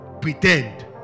pretend